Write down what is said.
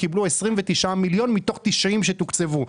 קיבלו 29 מיליון מתוך ה-90 שתוקצבו.